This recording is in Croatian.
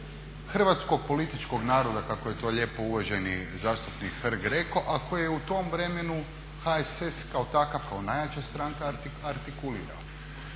hrvatskog političkog naroda kako je to lijepo uvaženi zastupnik Hrg rekao. Ako je u tom vremenu HSS kao takav, kao najjača stranka artikulirao.